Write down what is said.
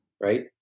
Right